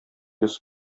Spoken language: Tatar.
йөз